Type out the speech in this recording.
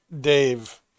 Dave